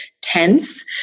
tense